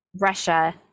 russia